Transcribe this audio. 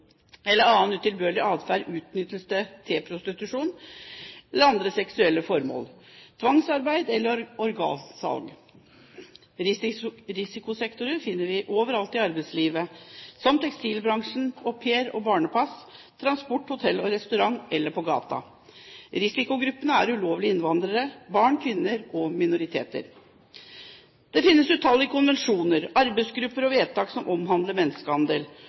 eller ved annen utilbørlig atferd å utnytte andre til prostitusjon eller andre seksuelle formål, tvangsarbeid eller organsalg. Risikosektorer finner vi overalt i arbeidslivet – det gjelder tekstilbransjen, au pair og barnepass, transport, hotell- og restaurantbransjen, eller på gata. Risikogruppene er ulovlige innvandrere, barn, kvinner og minoriteter. Det finnes utallige konvensjoner, arbeidsgrupper og vedtak som omhandler menneskehandel,